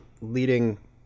leading